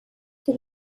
the